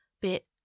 bit